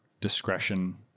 discretion